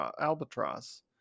Albatross